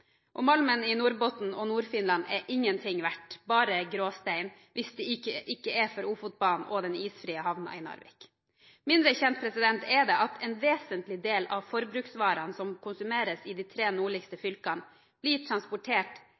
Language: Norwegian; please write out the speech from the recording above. i Norrbotten og Nord-Finland er ingenting verdt, bare gråstein, hvis det ikke hadde vært for Ofotbanen og den isfrie havna i Narvik. Mindre kjent er det at en vesentlig del av forbruksvarene som konsumeres i de tre nordligste fylkene, blir transportert